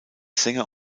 sänger